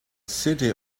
city